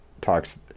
talks